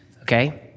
Okay